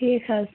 ٹھیٖک حظ